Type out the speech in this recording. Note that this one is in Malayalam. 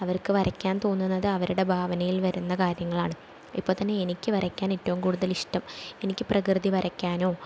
അവർക്ക് വരയ്ക്കാൻ തോന്നുന്നത് അവരുടെ ഭാവനയിൽ വരുന്ന കാര്യങ്ങളാണ് ഇപ്പോൾ തന്നെ എനിക്ക് വരയ്ക്കാൻ ഏറ്റവും കൂടുതൽ ഇഷ്ടം എനിക്ക് പ്രകൃതി വരയ്ക്കാനോ